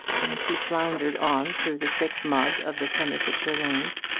and he floundered on through the thick mud of the somersetshire lanes,